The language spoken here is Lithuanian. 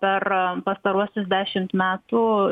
per pastaruosius dešimt metų